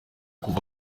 kuva